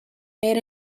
made